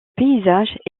paysage